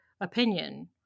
opinion